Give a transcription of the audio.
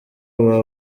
aba